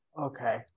Okay